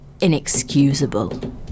inexcusable